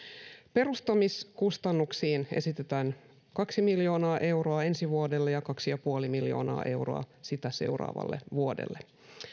perustamiskustannuksiin esitetään kaksi miljoonaa euroa ensi vuodelle ja kaksi pilkku viisi miljoonaa euroa sitä seuraavalle vuodelle